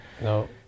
no